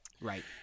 Right